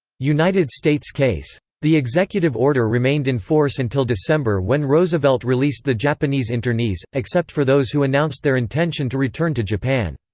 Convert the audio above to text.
united states case. the executive order remained in force until december when roosevelt released the japanese internees, except for those who announced their intention to return to japan.